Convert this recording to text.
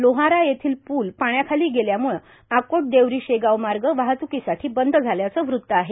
लोहारा येथील पूल पाण्याखाली गेल्याम्ळे अकोट देवरी शेगाव मार्ग वाहत्कीसाठी बंद झाल्याचं वृत आहे